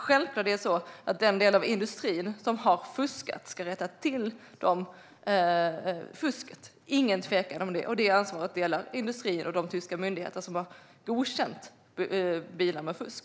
Självklart ska den delen av industrin som har fuskat rätta till fusket. Det är ingen tvekan om det. Det ansvaret delar industrin och de tyska myndigheter som har godkänt bilar med fusk.